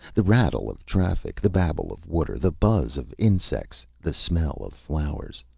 the rattle of traffic. the babble of water. the buzz of insects. the smell of flowers.